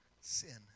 sin